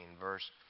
verse